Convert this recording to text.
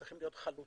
צריכים להיות חלוטים.